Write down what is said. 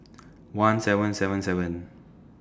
one seven seven seven